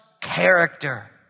Character